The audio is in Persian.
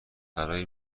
برای